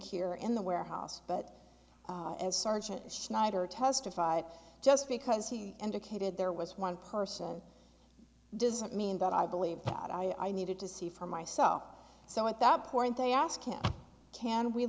here in the warehouse but as sergeant schneider testified just because he indicated there was one person does that mean that i believe that i needed to see for myself so at that point they asked him can we